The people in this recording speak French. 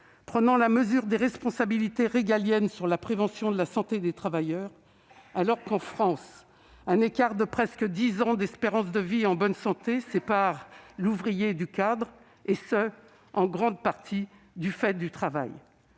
prenant la mesure des responsabilités régaliennes sur la prévention de la santé des travailleurs. C'est d'autant plus vrai que, en France, un écart de presque dix ans d'espérance de vie en bonne santé sépare l'ouvrier du cadre, et cela en grande partie du fait du travail.